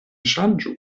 ŝanĝu